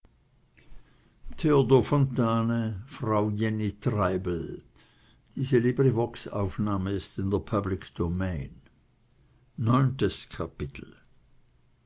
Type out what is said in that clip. tante jenny treibel